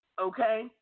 Okay